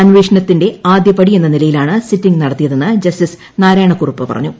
അന്വേഷണത്തിന്റെ ആദ്യപടി എന്ന നിലയിലാണ് സിറ്റിംഗ് നടത്തിയത് എന്ന് ജസ്റ്റിസ് നാരായണക്കുറുപ്പ് പറഞ്ഞു